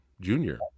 Junior